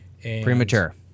Premature